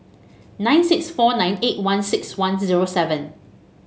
nine six four nine eight one six one zero seven